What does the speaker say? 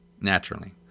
Naturally